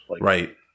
Right